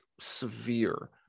severe